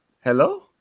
Hello